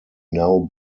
now